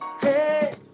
hey